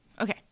okay